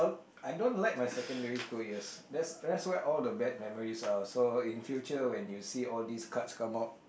I don't like my secondary school years that's where all the bad memories are so in future when you see all these cards come out